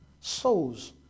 Souls